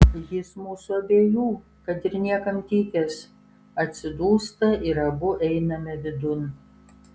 jis mūsų abiejų kad ir niekam tikęs atsidūsta ir abu einame vidun